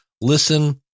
listen